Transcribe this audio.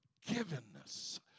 forgiveness